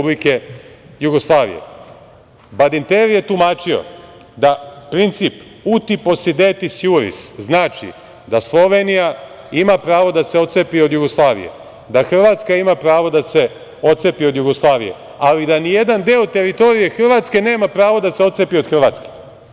Badinter je tumačio da princip „uti posedetis juris“ znači da Slovenija ima pravo da se otcepi od Jugoslavije, da Hrvatska ima pravo da se otcepi od Jugoslavije, ali da nijedan deo teritorije Hrvatske nema pravo da se otcepi od Hrvatske.